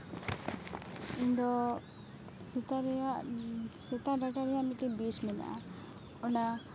ᱤᱧᱫᱚ ᱥᱮᱛᱟ ᱨᱮᱭᱟᱜ ᱥᱮᱛᱟ ᱰᱟᱴᱟ ᱨᱮᱭᱟᱜ ᱢᱤᱫᱴᱮᱱ ᱵᱤᱥ ᱢᱮᱱᱟᱜᱼᱟ ᱚᱱᱟ